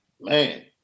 Man